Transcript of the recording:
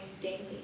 daily